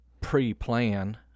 pre-plan